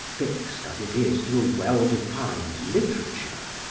fixed, as it is, to a well-defined literature,